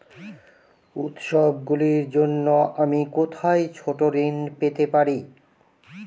উত্সবগুলির জন্য আমি কোথায় ছোট ঋণ পেতে পারি?